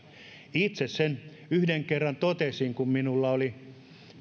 totesin sen itse yhden kerran kun minulla oli